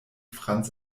franz